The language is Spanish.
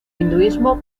hinduismo